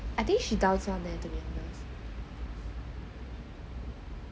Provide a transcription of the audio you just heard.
I think she down leh to be honest